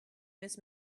miss